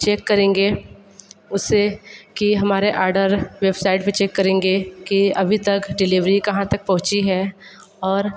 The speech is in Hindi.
चेक करेंगे उससे कि हमारे आर्डर वेबसाइट पर चेक करेंगे कि अभी तक डिलीवरी कहाँ तक पहुँची है और